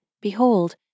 Behold